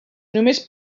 només